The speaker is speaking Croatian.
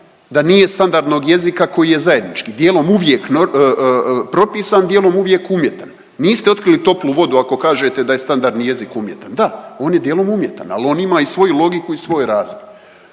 da nije standardnog jezika koji je zajednički, dijelom uvijek propisan, dijelom uvijek umjetan? Niste otkrili toplu vodu ako kažete da je standardni jezik umjetan, da on je dijelom umjetan, al on ima i svoju logiku i svoj …